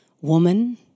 woman